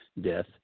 death